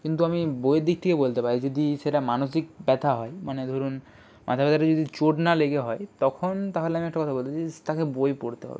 কিন্তু আমি বইর দিক থেকে বলতে পারি যদি সেটা মানসিক ব্যথা হয় মানে ধরুন মাথা ব্যথাটা যদি চোট না লেগে হয় তখন তাহলে আমি একটা কথা বলতে পারি তাকে বই পড়তে হবে